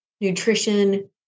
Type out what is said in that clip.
nutrition